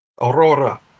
Aurora